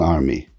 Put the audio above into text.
Army